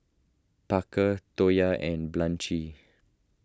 Parker Toya and Blanche